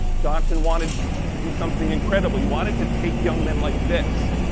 johnson wanted to do something incredible. he wanted to take young men like this,